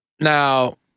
Now